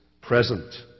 present